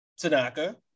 Tanaka